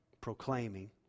proclaiming